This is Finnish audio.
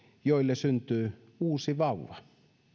joille syntyy uusi vauva